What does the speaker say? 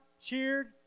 cheered